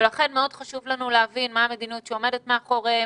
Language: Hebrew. ולכן מאוד חשוב לנו להבין מה המדיניות שעומדת מאחוריהם,